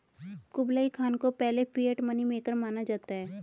Kublai Khan को पहले fiat money maker माना जाता है